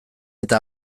eta